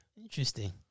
interesting